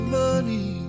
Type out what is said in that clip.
money